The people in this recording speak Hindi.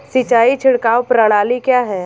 सिंचाई छिड़काव प्रणाली क्या है?